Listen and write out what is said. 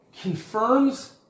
confirms